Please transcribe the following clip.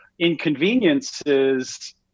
Inconveniences